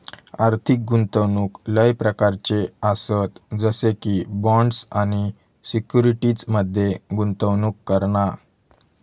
आर्थिक गुंतवणूक लय प्रकारच्ये आसत जसे की बॉण्ड्स आणि सिक्युरिटीज मध्ये गुंतवणूक करणा